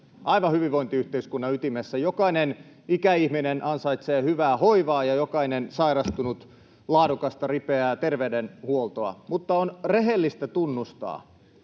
aivan hyvinvointiyhteiskunnan ytimessä. Jokainen ikäihminen ansaitsee hyvää hoivaa ja jokainen sairastunut laadukasta ja ripeää terveydenhuoltoa. Mutta on rehellistä tunnustaa,